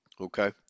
Okay